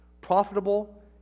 profitable